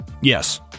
Yes